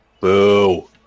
Boo